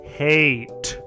hate